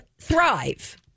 thrive